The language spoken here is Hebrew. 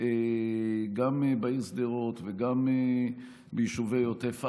גם בעיר שדרות וגם ביישובי עוטף עזה,